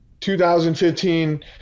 2015